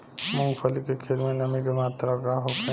मूँगफली के खेत में नमी के मात्रा का होखे?